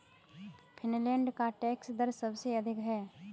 Finland का tax दर सबसे अधिक है